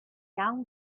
down